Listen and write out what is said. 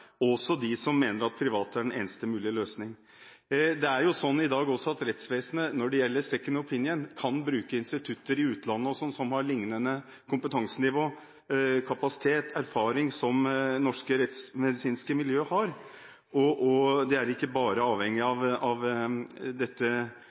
også de som mener privat er den eneste mulige løsning. Det er slik i dag at rettsvesenet, for å få en «second opinion», kan bruke institutter i utlandet som har lignende kompetansenivå, kapasitet og erfaring som norske rettsmedisinske miljøer har. Man er ikke bare avhengig